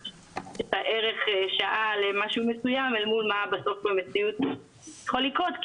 --- הערך לשעה למשהו מסוים אל מול מה בסוף במציאות יכול לקרות,